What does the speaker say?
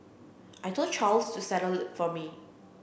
I told Charles to settle it for me